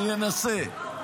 אני אמרתי שתגיע לזה